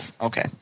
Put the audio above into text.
okay